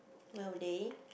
will they